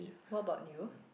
what about you